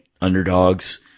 underdogs